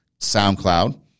SoundCloud